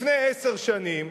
לפני עשר שנים,